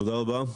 תודה רבה.